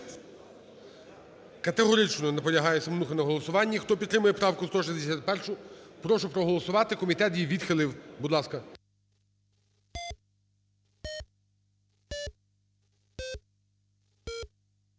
Категорично наполягає Семенуха на голосуванні. Хто підтримує правку 161, прошу проголосувати, комітет її відхилив. Будь ласка.